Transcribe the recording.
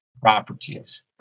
properties